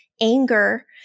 anger